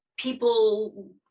People